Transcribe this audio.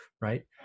right